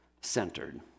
centered